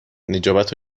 نجابت